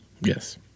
Yes